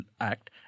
Act